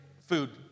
food